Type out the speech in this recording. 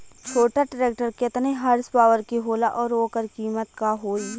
छोटा ट्रेक्टर केतने हॉर्सपावर के होला और ओकर कीमत का होई?